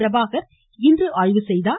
பிரபாகர் இன்று ஆய்வு செய்தார்